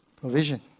provision